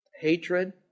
hatred